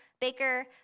Baker